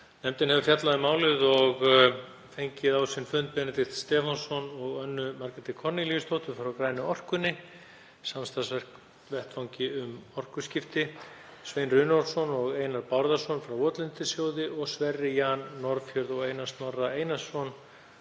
„Nefndin hefur fjallað um málið og fengið á sinn fund Benedikt Stefánsson og Önnu Margréti Kornelíusdóttur frá Grænu orkunni, samstarfsvettvangi um orkuskipti, Svein Runólfsson og Einar Bárðarson frá Votlendissjóði og Sverri Jan Norðfjörð og Einar Snorra Einarsson